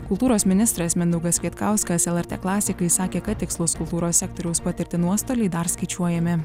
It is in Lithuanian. kultūros ministras mindaugas kvietkauskas lrt klasikai sakė kad tikslūs kultūros sektoriaus patirti nuostoliai dar skaičiuojami